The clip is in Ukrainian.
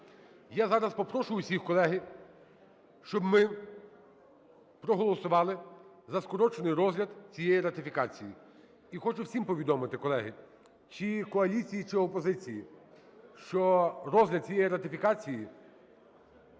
Я зараз попрошу всіх, колеги, щоб ми проголосували за скорочений розгляд цієї ратифікації. І хочу всім повідомити, колеги, чи коаліції, чи опозиції, що розгляд цієї ратифікації